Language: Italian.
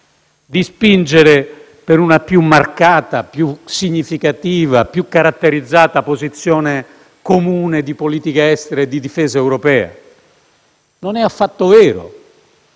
di spingere per una più marcata, più significativa e più caratterizzata posizione comune di politica estera e di difesa europea. Non è affatto vero.